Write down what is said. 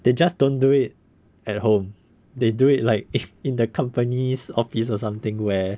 they just don't do it at home they do it like if in the company's office or something where